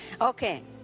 Okay